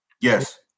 Yes